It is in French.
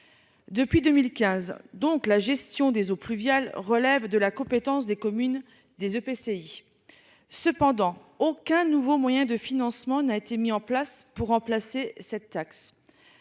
Depuis 2015, donc la gestion des eaux pluviales relèvent de la compétence des communes et des EPCI cependant aucun nouveau moyen de financement n'a été mis en place pour remplacer cette taxe.